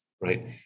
right